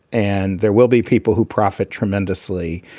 and there will be people who profit tremendously,